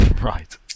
Right